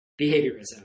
behaviorism